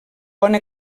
bona